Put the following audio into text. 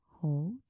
Hold